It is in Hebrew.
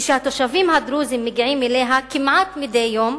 כשהתושבים הדרוזים מגיעים אליה כמעט מדי יום,